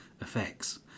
effects